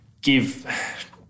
give